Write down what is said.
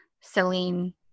Celine